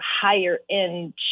higher-end